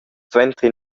suenter